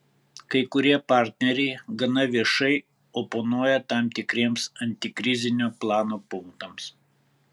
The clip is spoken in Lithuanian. kai kurie partneriai gana viešai oponuoja tam tikriems antikrizinio plano punktams